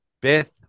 Beth